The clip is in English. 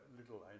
little